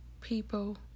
people